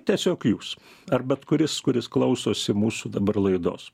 tiesiog jūs ar bet kuris kuris klausosi mūsų dabar laidos